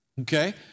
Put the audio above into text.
Okay